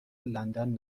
لندن